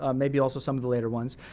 ah maybe also some of the later ones.